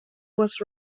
was